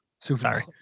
Sorry